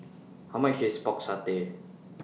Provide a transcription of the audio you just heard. How much IS Pork Satay